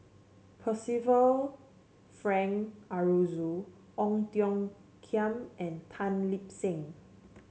Percival Frank Aroozoo Ong Tiong Khiam and Tan Lip Seng